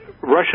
Russian